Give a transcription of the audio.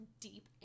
deep